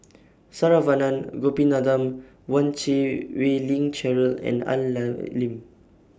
Saravanan Gopinathan one Chan Wei Ling Cheryl and Al Lim